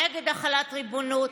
נגד החלת ריבונות,